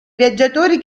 viaggiatori